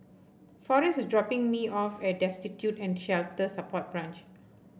Forest is dropping me off at Destitute and Shelter Support Branch